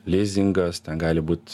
lizingas ten gali būt